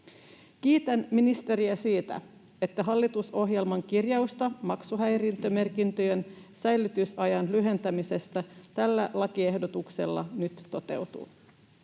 Kiitän ministeriä siitä, että hallitusohjelman kirjaus maksuhäiriömerkintöjen säilytysajan lyhentämisestä tällä lakiehdotuksella nyt toteutuu.